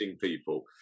people